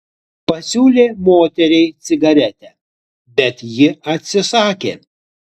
pasiūlė moteriai cigaretę bet ji atsisakė